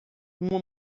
uma